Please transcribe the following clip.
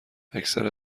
اکثر